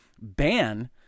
ban